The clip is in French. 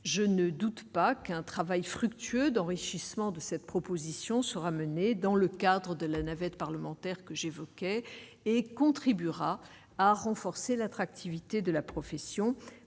je ne doute pas qu'un travail fructueux d'enrichissement de cette proposition sera menée dans le cadre de la navette parlementaire que j'évoquais et contribuera à renforcer l'attractivité de la profession